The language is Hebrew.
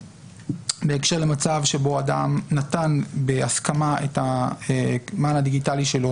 בהקשר למצב שבו אדם נתן בהסכמה את המען הדיגיטלי שלו